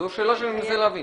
זאת שאלה שאני מנסה להבין.